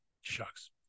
Shucks